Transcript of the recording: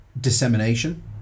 dissemination